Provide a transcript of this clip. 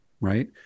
Right